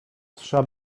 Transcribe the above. trza